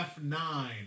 F9